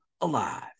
alive